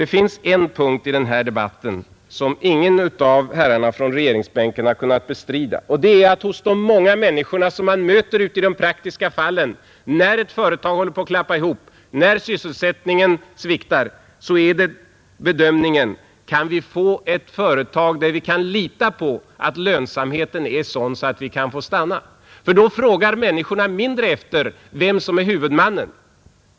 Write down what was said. Det finns en synpunkt i denna debatt som ingen av herrarna på regeringsbänken har kunnat bestrida. När ett företag håller på att klappa ihop, när sysselsättningen sviktar, så undrar de många människorna som man möter ute i de praktiska fallen: Kan vi lita på att lönsamheten i ett nytt företag är sådan att vi får stanna? Människorna frågar mindre efter vem som är huvudmannen.